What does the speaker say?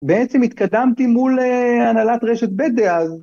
בעצם התקדמתי מול הנהלת רשת ב' דאז.